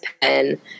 pen